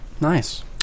Nice